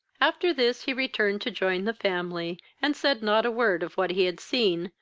after this he returned to join the family, and said not a word of what he had seen,